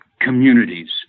communities